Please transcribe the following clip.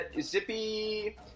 Zippy